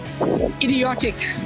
idiotic